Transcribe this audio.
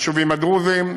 ליישובים הדרוזיים,